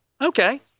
okay